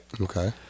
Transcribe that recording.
Okay